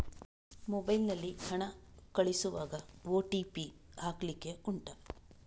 mobile ನಲ್ಲಿ ಹಣ ಕಳಿಸುವಾಗ ಓ.ಟಿ.ಪಿ ಹಾಕ್ಲಿಕ್ಕೆ ಉಂಟಾ